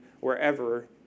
wherever